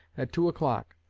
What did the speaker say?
at two o'clock.